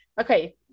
okay